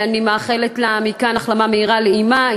אני מאחלת לה מכאן החלמה מהירה לאמה,